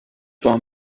war